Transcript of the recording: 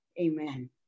Amen